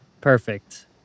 Perfect